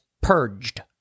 purged